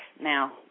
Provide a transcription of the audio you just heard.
now